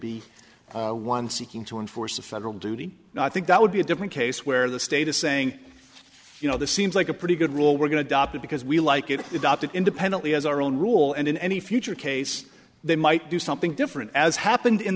be one seeking to enforce a federal duty and i think that would be a different case where the state is saying you know this seems like a pretty good rule we're going to drop it because we like it independently as our own rule and in any future case they might do something different as happened in